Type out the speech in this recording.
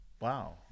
Wow